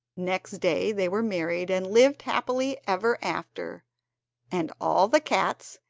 next day they were married, and lived happy ever after and all the cats,